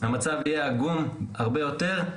המצב יהיה עגום הרבה יותר,